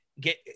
Get